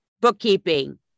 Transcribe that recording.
bookkeeping